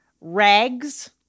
rags